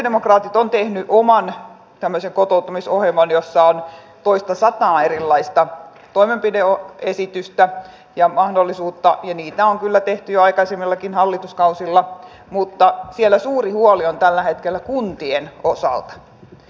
sosialidemokraatit ovat tehneet oman tämmöisen kotouttamisohjelman jossa on toistasataa erilaista toimenpide esitystä ja mahdollisuutta ja niitä on kyllä tehty jo aikaisemmillakin hallituskausilla mutta siellä suuri huoli on tällä hetkellä kuntien osalta